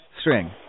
string